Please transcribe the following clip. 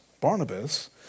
Barnabas